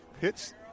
Hits